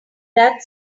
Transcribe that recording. that